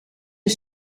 een